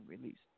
released